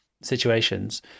situations